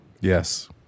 Yes